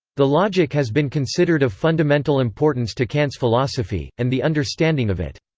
the logik has been considered of fundamental importance to kant's philosophy, and the understanding of it.